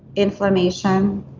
inflammation,